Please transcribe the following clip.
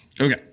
Okay